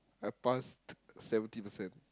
I passed seventy percent